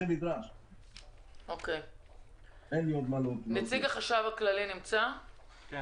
נציג החשב הכללי, בבקשה.